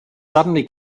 suddenly